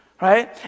right